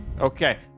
Okay